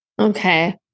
Okay